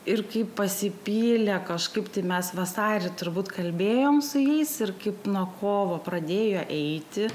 ir kai pasipylė kažkaip tai mes vasarį turbūt kalbėjom su jais ir kaip nuo kovo pradėjo eiti